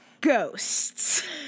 ghosts